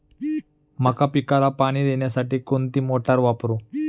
मका पिकाला पाणी देण्यासाठी कोणती मोटार वापरू?